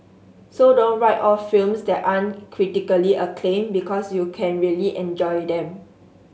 so don't write off films that aren't critically acclaimed because you can really enjoy them